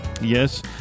Yes